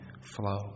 flow